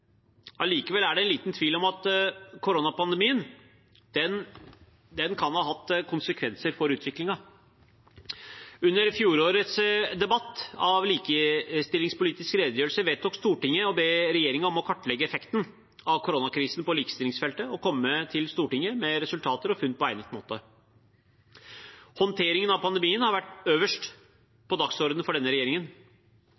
Allikevel er det liten tvil om at koronapandemien kan ha hatt konsekvenser for utviklingen. Under fjorårets debatt om likestillingspolitisk redegjørelse vedtok Stortinget å be regjeringen om å «kartlegge effekten av koronakrisen på likestillingsfeltet, og komme tilbake til Stortinget med resultater og funn på egnet måte.» Håndteringen av pandemien har vært øverst